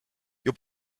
your